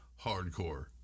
hardcore